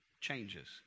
changes